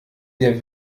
der